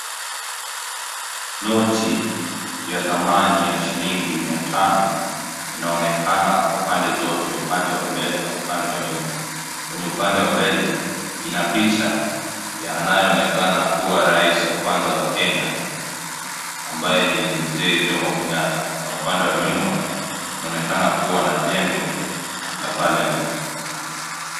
Noti ya thamani ya shiligi mia tano inaonekana kwa pande zote upande wa mbele na upande wa nyuma, kwenye upande wa mbele ina picha ya anayeonekana kuwa rais wa kwanza wa Kenya ambaye ni mzee Jomo Kenyatta na upande wa nyuma kunaonekana kuwa na jengo la parliament .